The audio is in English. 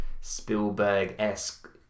Spielberg-esque